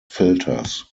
filters